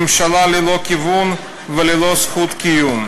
ממשלה ללא כיוון וללא זכות קיום.